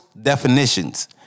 definitions